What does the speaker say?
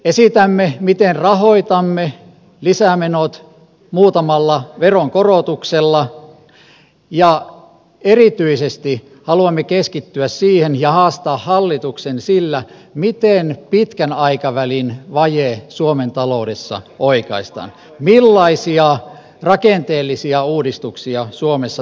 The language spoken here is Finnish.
esitämme miten rahoitamme lisämenot muutamalla veronkorotuksella ja erityisesti haluamme keskittyä siihen ja haastaa hallituksen sillä miten pitkän aikavälin vaje suomen taloudessa oikaistaan millaisia rakenteellisia uudistuksia suomessa tarvitaan